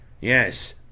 Yes